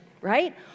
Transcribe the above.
right